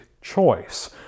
choice